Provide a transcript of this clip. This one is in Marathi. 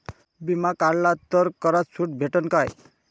बिमा काढला तर करात सूट भेटन काय?